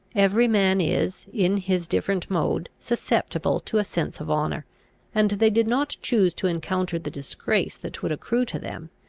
every man is, in his different mode, susceptible to a sense of honour and they did not choose to encounter the disgrace that would accrue to them,